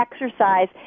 exercise